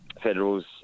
Federals